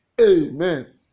Amen